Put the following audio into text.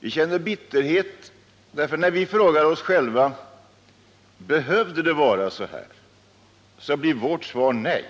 Vi känner bitterhet, för när vi frågar oss om det måste vara så här, så blir svaret ett nej.